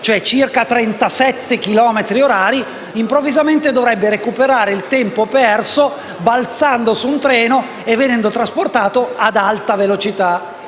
a circa 37 chilometri orari, improvvisamente dovrebbe recuperare il tempo perso balzando su un treno e venendo trasportato ad alta velocità,